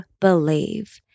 believe